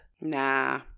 Nah